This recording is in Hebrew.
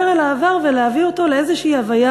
אל העבר ולהביא אותו לאיזושהי הוויה